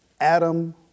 Adam